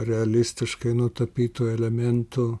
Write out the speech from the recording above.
realistiškai nutapytų elementų